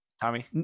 tommy